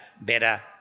better